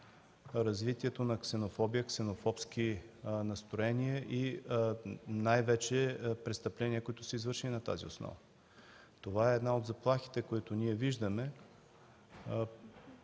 развитието на ксенофобия, на ксенофобски настроения и най-вече престъпления, които са извършени на тази основа. Това е една от заплахите, която ние виждаме,